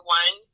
one